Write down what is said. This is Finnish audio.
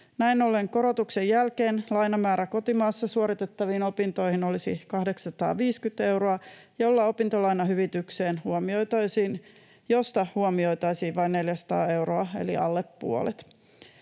Näin ollen korotuksen jälkeen lainamäärä kotimaassa suoritettaviin opintoihin olisi 850 euroa, josta opintolainahyvitykseen huomioitaisiin vain 400 euroa eli alle puolet.